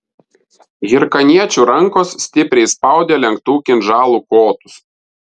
hirkaniečių rankos stipriai spaudė lenktų kinžalų kotus